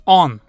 on